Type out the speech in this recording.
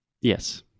yes